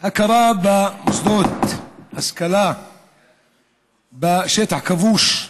הכרה במוסדות השכלה בשטח כבוש.